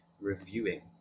reviewing